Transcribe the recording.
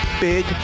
Big